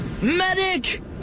medic